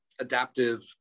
adaptive